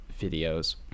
videos